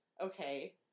okay